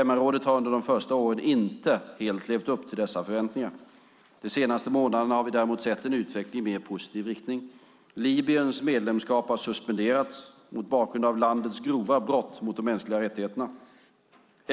MR-rådet har under de första åren inte helt levt upp till dessa förväntningar. De senaste månaderna har vi däremot sett en utveckling i mer positiv riktning. Libyens medlemskap har suspenderats mot bakgrund av landets grova brott mot de mänskliga rättigheterna.